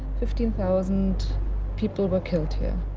fifteen thousand people were killed here.